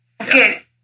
Okay